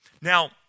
Now